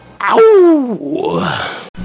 Ow